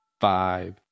five